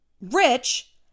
rich